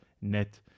net